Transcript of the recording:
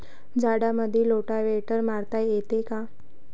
झाडामंदी रोटावेटर मारता येतो काय?